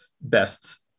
best